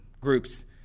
groups